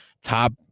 top